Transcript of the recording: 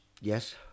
Yes